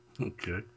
Okay